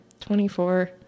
24